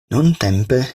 nuntempe